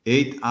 Eight